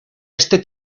este